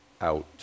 out